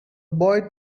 boy